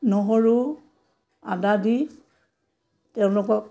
নহৰু আদা দি তেওঁলোকক